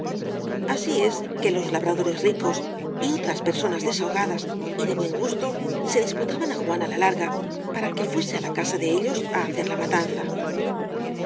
así es que los labradores ricos y otras personas desahogadas y de buen gusto se disputaban á juana la larga para que fuese á la casa de ellos á hacer la matanza